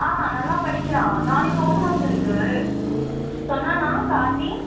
ஆ நல்லா படிக்கிறான் நாளைக்கு ஓப்பன் அவுஸ் இருக்குது சொன்னான்னா கார்த்தி